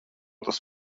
tas